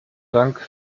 dank